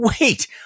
Wait